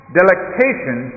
delectation